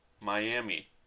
Miami